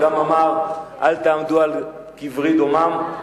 הוא גם אמר: "אל תעמדו על קברי דומם",